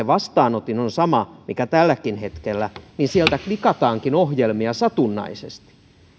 vastaanotin on sama kuin tälläkin hetkellä niin sieltä klikataankin ohjelmia satunnaisesti